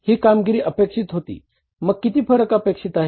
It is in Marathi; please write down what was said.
ही कामगिरी अपेक्षित होती मग किती फरक अपेक्षित आहे